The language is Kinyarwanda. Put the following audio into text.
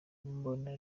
mbona